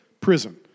prison